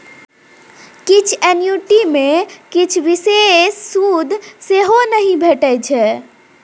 किछ एन्युटी मे किछ बिषेश सुद सेहो नहि भेटै छै